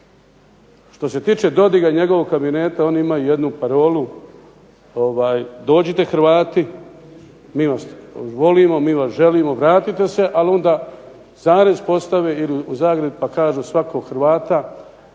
Što se tiče Dodika i njegovog kabineta oni imaju jednu parolu, dođite Hrvati mi vas volimo, mi vas želimo, vratite se, ali onda zarez postave ili u zagradi pa kažu svakog Hrvata